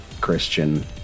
Christian